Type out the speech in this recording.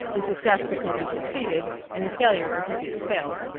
the success because he's succeeded, and the failure because he's failed.